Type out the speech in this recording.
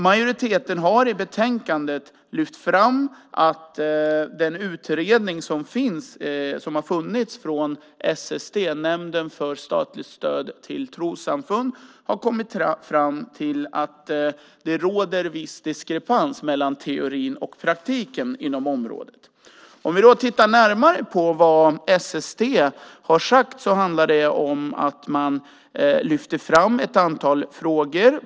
Majoriteten har i betänkandet lyft fram att utredningen från SST, Nämnden för statligt stöd till trossamfund, har kommit fram till att det råder viss diskrepans mellan teorin och praktiken inom området. Om vi då tittar närmare på vad SST har sagt handlar det om att man lyfter fram ett antal frågor.